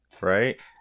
right